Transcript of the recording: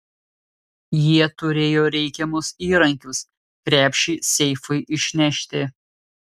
jie turėjo reikiamus įrankius krepšį seifui išnešti